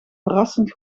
verrassend